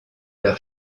leurs